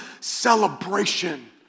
celebration